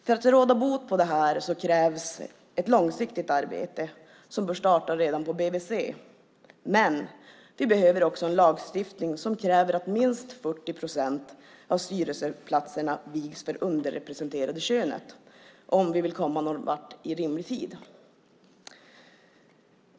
För att råda bot på detta krävs ett långsiktigt arbete som bör starta redan på BVC, men vi behöver också en lagstiftning som kräver att minst 40 procent av styrelseplatserna viks för det underrepresenterade könet om vi vill komma någon vart i rimlig tid.